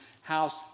house